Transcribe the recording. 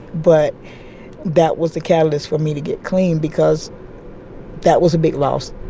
but that was the catalyst for me to get clean because that was a big loss